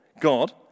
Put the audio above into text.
God